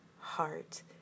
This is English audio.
heart